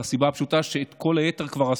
מהסיבה הפשוטה שאת כל היתר כבר עשו.